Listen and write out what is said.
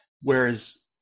Whereas